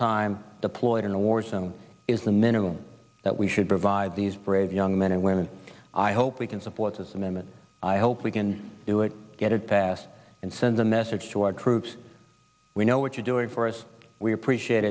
time deployed in the war zone is the minimum that we should provide these brave young men and women i hope we can support system and i hope we can do it get it passed and send the message to our troops we know what you're doing for us we appreciate